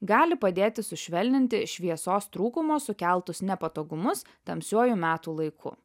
gali padėti sušvelninti šviesos trūkumo sukeltus nepatogumus tamsiuoju metų laiku